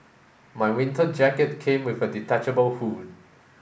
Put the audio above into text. my winter jacket came with a detachable hood